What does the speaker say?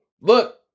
Look